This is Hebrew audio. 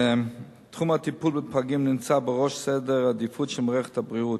תחום הטיפול בפגים נמצא בראש סדר העדיפויות של מערכת הבריאות.